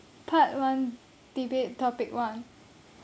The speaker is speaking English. part one debate topic one